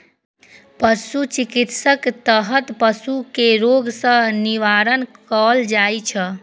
पशु चिकित्साक तहत पशु कें रोग सं निवारण कैल जाइ छै